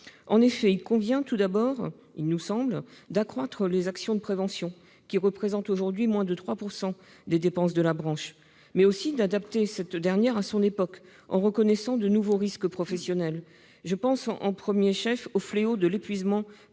En effet, il convient, tout d'abord, d'accroître les actions de prévention, qui représentent aujourd'hui moins de 3 % des dépenses de la branche, mais aussi d'adapter cette dernière à son époque, en reconnaissant de nouveaux risques professionnels. Je pense au premier chef au fléau de l'épuisement